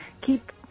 keep